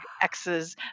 X's